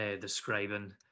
describing